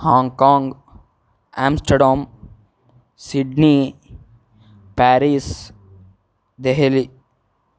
Hong Kong Amsterdam Sydney Paris Delhi